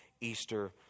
Easter